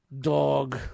Dog